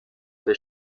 des